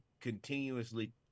continuously